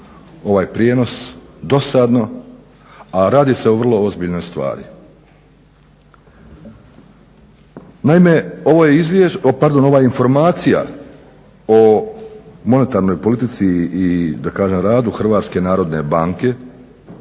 ovaj prijenos dosadno, a radi se o vrlo ozbiljnoj stvari. Naime, ovo izvješće, pardon ova informacija o monetarnoj politici i da kažem radu Hrvatske narodne banke